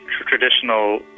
traditional